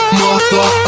mother